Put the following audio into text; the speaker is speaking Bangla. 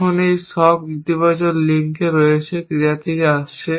এখন এই শখগুলির ইতিবাচক লিঙ্ক রয়েছে ক্রিয়া থেকে আসছে